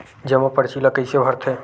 जमा परची ल कइसे भरथे?